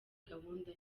gahunda